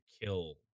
kill